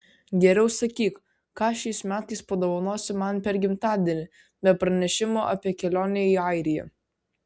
geriau sakyk ką šiais metais padovanosi man per gimtadienį be pranešimo apie kelionę į airiją